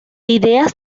ideas